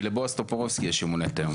כי לבועז טופורובסקי יש יום הולדת היום.